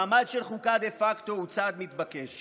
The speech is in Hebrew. מעמד של חוקה דה פקטו, הוא צעד מתבקש.